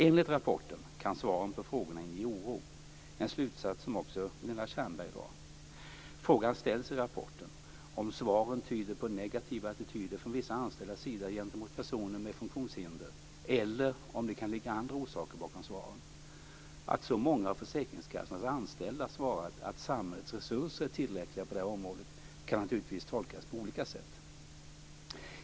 Enligt rapporten kan svaren på frågorna inge oro; en slutsats som också Gunilla Tjernberg drar. I rapporten ställs frågan om svaren tyder på negativa attityder från vissa anställdas sida gentemot personer med funktionshinder, eller om det kan ligga andra orsaker bakom svaren. Att så många av försäkringskassornas anställda svarat att samhällets resurser är tillräckliga på det här området kan naturligtvis tolkas på olika sätt.